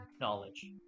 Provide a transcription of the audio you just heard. knowledge